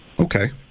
Okay